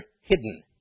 hidden